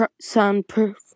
soundproof